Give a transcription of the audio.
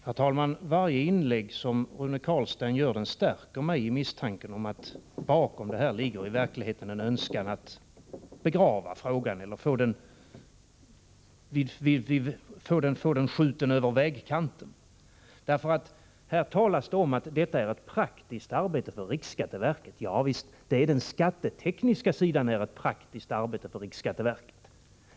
Herr talman! Varje inlägg Rune Carlstein gör stärker mig i misstanken att bakom allt detta i verkligheten ligger en önskan att begrava hela frågan eller skjuta den över vägkanten. Här talas om att det är ett rent praktiskt arbete för riksskatteverket. Javisst — på den skattetekniska sidan.